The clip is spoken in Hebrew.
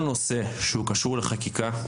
כל נושא שקשור לחקיקה,